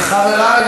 תושבי המעונות,